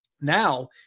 Now